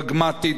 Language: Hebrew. שמטרתה